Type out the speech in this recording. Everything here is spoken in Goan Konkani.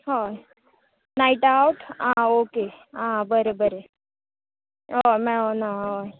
हय नायट आवट आ ओके बरे बरे ह मेळोना हय